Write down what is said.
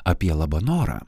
apie labanorą